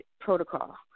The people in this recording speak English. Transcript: protocol